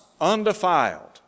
undefiled